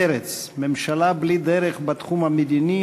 מרצ: ממשלה בלי דרך בתחום המדיני,